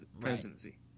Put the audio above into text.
presidency